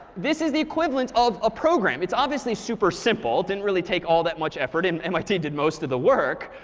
this is the equivalent of a program. it's obviously super simple. it didn't really take all that much effort and mit did most of the work,